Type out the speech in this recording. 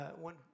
One